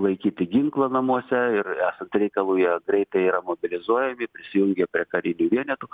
laikyti ginklą namuose ir esant reikalui jie greitai yra mobilizuojami prisijungia prie karinių vienetų